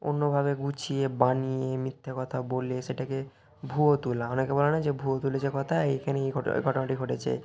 অন্যভাবে গুছিয়ে বানিয়ে মিথ্যে কথা বলে সেটাকে ভুয়ো তোলা অনেকে বলে না যে ভুয়ো তুলেছে কথা এখানে এই ঘটনাটি ঘটনাটি ঘটেছে